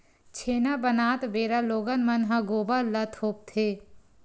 छेना बनात बेरा लोगन मन ह गोबर ल थोपथे